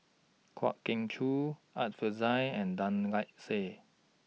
Kwa Geok Choo Art Fazil and Tan Lark Sye